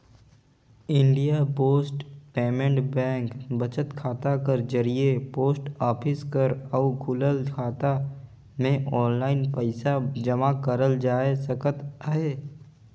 India post payment bank बचत खाता कर जरिए पोस्ट ऑफिस कर अउ खुलल खाता में आनलाईन पइसा जमा करल जाए सकत अहे